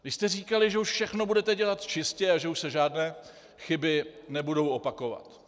Vy jste říkali, že už všechno budete dělat čistě a že už se žádné chyby nebudou opakovat.